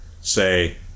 say